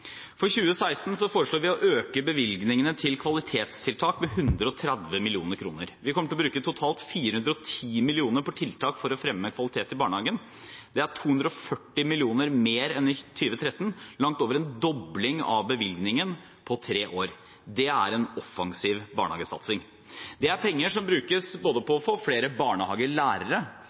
For 2016 foreslår vi å øke bevilgningene til kvalitetstiltak med 130 mill. kr. Vi kommer til å bruke totalt 410 mill. kr på tiltak for å fremme kvalitet i barnehagen. Det er 240 mill. kr mer enn i 2013, langt over en dobling av bevilgningen på tre år. Det er offensiv barnehagesatsing. Det er penger som brukes både